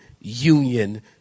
union